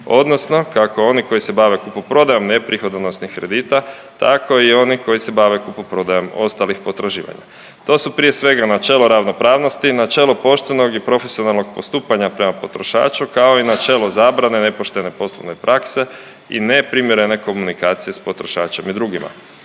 odnosno kako oni koji se bave kupoprodajom neprihodonosnih kredita tako i oni koji se bave kupoprodajom ostalih potraživanja. To su prije svega načelo ravnopravnosti, načelo poštenog i profesionalnog postupanja prema potrošaču kao i načelo zabrane nepoštene poslovne prakse i neprimjerene komunikacije s potrošačem i drugima.